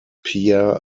pierre